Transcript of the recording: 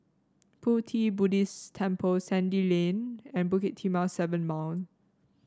Pu Ti Buddhist Temple Sandy Lane and Bukit Timah Seven Mile